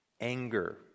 anger